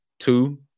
Two